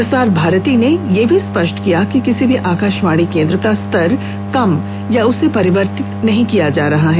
प्रसार भारती ने यह भी स्पष्ट किया है कि किसी भी आकाशवाणी केन्द्र का स्तर कम या उसे परिवर्तित नहीं किया जा रहा है